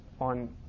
on